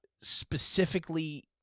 specifically